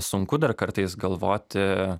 sunku dar kartais galvoti